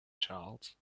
charles